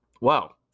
Wow